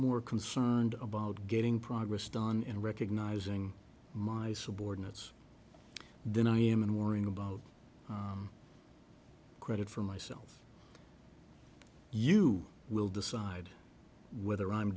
more concerned about getting progress done in recognizing my subordinates then i am and worrying about credit for myself you will decide whether i'm